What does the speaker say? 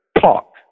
talk